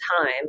time